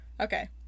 Okay